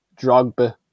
Drogba